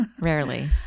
rarely